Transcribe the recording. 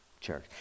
church